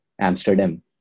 Amsterdam